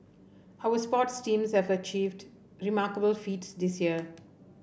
our sports teams have achieved remarkable feats this year